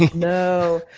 no,